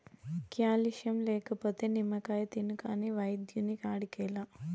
calcium లేకపోతే నిమ్మకాయ తిను కాని వైద్యుని కాడికేలా